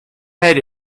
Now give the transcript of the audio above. head